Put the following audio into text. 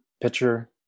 pitcher